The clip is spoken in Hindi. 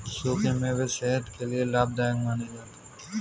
सुखे मेवे सेहत के लिये लाभदायक माने जाते है